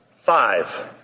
five